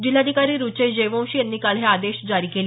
जिल्हाधिकारी रुचेश जयवंशी यांनी काल हे आदेश जारी केले